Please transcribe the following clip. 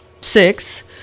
six